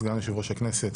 סגן יושב-ראש הכנסת,